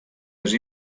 més